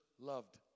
loved